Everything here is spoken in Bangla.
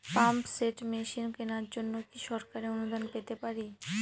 পাম্প সেট মেশিন কেনার জন্য কি সরকারি অনুদান পেতে পারি?